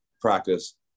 practice